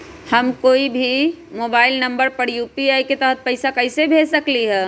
हम कोई के मोबाइल नंबर पर यू.पी.आई के तहत पईसा कईसे भेज सकली ह?